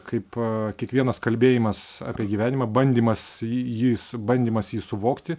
kaip kiekvienas kalbėjimas apie gyvenimą bandymas jį jį s bandymas jį suvokti